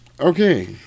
Okay